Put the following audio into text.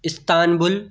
Istanbul